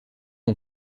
ont